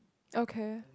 okay